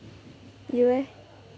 you eh